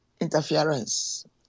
interference